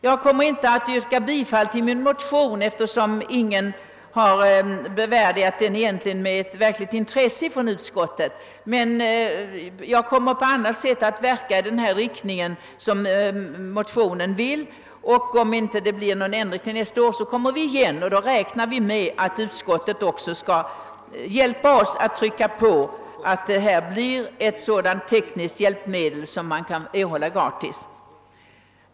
Jag kommer inte att yrka bifall till min motion, eftersom ingen inom utskottet har bevärdigat den med något verkligt intresse. Men jag kommer på annat sätt att verka i överensstämmelse med motionens syfte. Om det inte blir någon ändring till nästa år återkommer vi. Då räknar vi också med att utskottet skall hjälpa oss genom påtryckningar, så att dessa lampor blir ett sådant tekniskt hjälpmedel som man kan erhålla gratis.